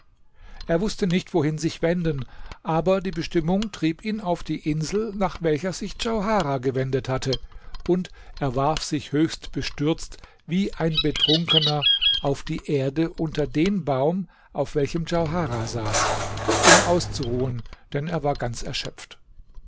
er wußte nicht wohin sich wenden aber die bestimmung trieb ihn auf die insel nach welcher sich djauharah gewendet hatte und er warf sich höchst bestürzt wie ein betrunkener auf die erde unter den baum auf welchem djauharah saß um auszuruhen denn er war ganz erschöpft